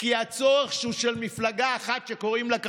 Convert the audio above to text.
אז צריך שיהיו ידיים עובדות לסיעה.